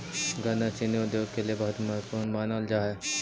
गन्ना चीनी उद्योग के लिए बहुत महत्वपूर्ण मानल जा हई